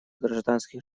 гражданских